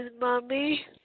mommy